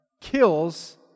kills